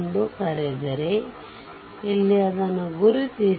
ಎಂದು ಕರೆದರೆ ಇಲ್ಲಿ ಇದನ್ನು ಗುರುತಿಸಿ